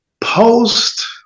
Post